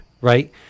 right